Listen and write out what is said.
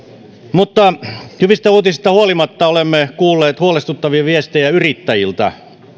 mutta hyvistä uutisista huolimatta olemme kuulleet huolestuttavia viestejä yrittäjiltä